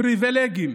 פריבילגיים,